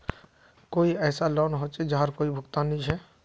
कोई ऐसा लोन होचे जहार कोई भुगतान नी छे?